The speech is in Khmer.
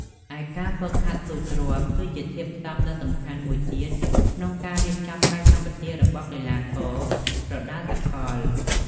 ឯការហ្វឹកហាត់ស៊ូទ្រាំ គឺជាធាតុផ្សំដ៏សំខាន់មួយទៀតក្នុងការរៀបចំកាយសម្បទារបស់កីឡាករប្រដាល់សកល។